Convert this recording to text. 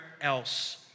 else